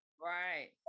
Right